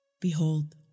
Behold